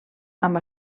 amb